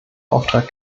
auftrag